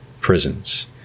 prisons